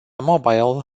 mobile